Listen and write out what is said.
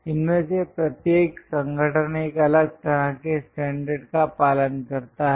इनमें से प्रत्येक संगठन एक अलग तरह के स्टैंडर्ड का पालन करता है